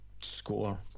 score